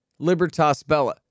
LibertasBella